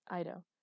Ido